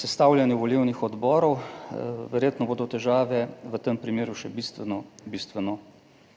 sestavljanju volilnih odborov, verjetno bodo težave v tem primeru še bistveno,